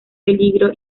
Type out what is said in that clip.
peligro